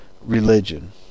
religion